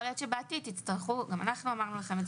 יכול להיות שבעתיד תצטרכו גם אנחנו אמרנו לכם את